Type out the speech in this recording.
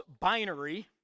binary